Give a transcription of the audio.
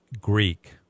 Greek